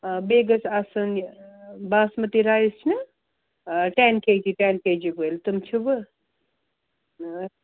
آ بیٚیہِ گٔژھ آسٕنۍ باسمٕتی رایِس چھِنا ten K G ten K G وٲلۍ تِم چھِوٕ